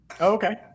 Okay